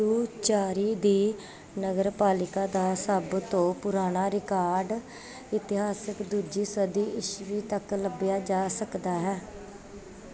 ਪੁਡੂਚੇਰੀ ਦੀ ਨਗਰਪਾਲਿਕਾ ਦਾ ਸਭ ਤੋਂ ਪੁਰਾਣਾ ਰਿਕਾਰਡ ਇਤਿਹਾਸਕ ਦੂਜੀ ਸਦੀ ਈਸਵੀ ਤੱਕ ਲੱਭਿਆ ਜਾ ਸਕਦਾ ਹੈ